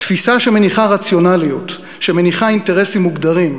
תפיסה שמניחה רציונליות, שמניחה אינטרסים מוגדרים.